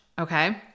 okay